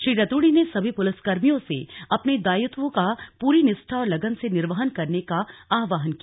श्री रतूड़ी ने सभी पुलिस कर्मियों से अपने दायित्वों का पूरी निष्ठा और लगन से निर्वहन करने का आह्वान किया